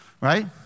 Right